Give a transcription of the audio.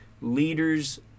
leaders